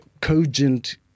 cogent